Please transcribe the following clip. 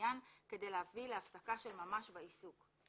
העניין כדי להביא להפסקה של ממש בעיסוק.